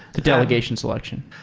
the delegation selection